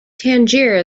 tangier